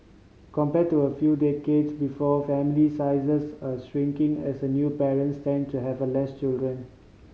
compared to a few decades before family sizes are shrinking as a new parents tend to have less children